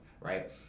right